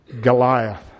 Goliath